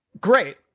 great